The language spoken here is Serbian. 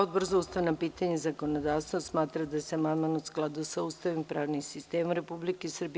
Odbor za ustavna pitanja i zakonodavstvo smatra da je amandman u skladu sa Ustavom i pravnim sistemom Republike Srbije.